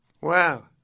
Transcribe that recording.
Wow